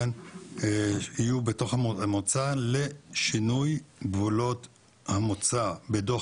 הם יהיו בתוך המועצה לשינוי גבולות המוצא בדוח